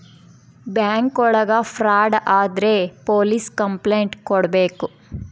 bank ಒಳಗ fraud ಆದ್ರೆ police complaint ಕೊಡ್ಬೇಕು